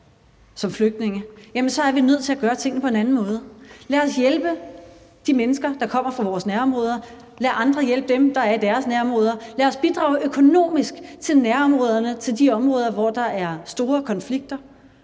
som flygtninge, er vi nødt til at gøre tingene på en anden måde. Lad os hjælpe de mennesker, der kommer fra vores nærområder. Lad andre hjælpe dem, der er i deres nærområder. Lad os bidrage økonomisk til nærområderne og til de områder, hvor der er store konflikter,